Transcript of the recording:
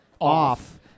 off